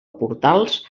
portals